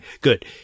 Good